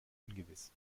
ungewiss